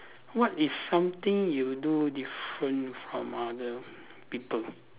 what is something you do different from other people